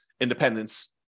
independence